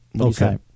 Okay